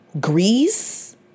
Greece